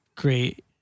great